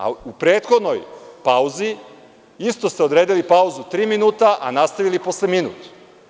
A u prethodnoj pauzi isto ste odredili pauzu tri minuta i nastavili posle minut.